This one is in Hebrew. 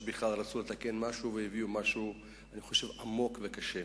שבכלל רצו לתקן משהו והביאו משהו עמוק וקשה.